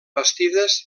bastides